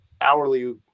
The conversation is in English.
hourly